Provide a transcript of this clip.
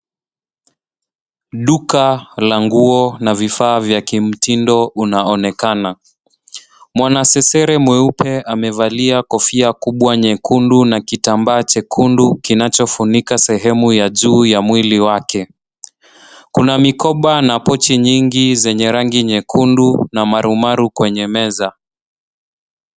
Duka la nguo na vifaa vya kimtindo unaonekana. Mwanasesere mweupe amevalia kofia kubwa nyekundu na kitambaa chekundu kinachofunika sehemu ya juu ya mwili wake. Kuna mikoba na pochi nyingi zenye rangi nyekundu na marumaru kwenye meza.